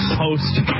host